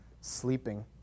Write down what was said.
sleeping